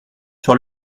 sur